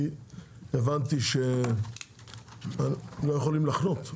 כי הבנתי שלא יכולים לחנות.